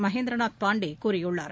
மகேந்திரநாத் பாண்டே கூறியுள்ளார்